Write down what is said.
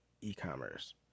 e-commerce